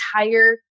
entire